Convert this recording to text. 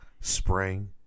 spring